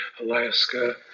Alaska